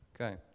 Okay